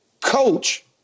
coach